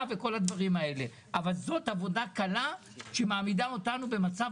2 מיליארד ו-740 מיליון שקלים בעבור התשלומים אותם ביצע